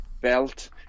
belt